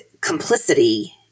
complicity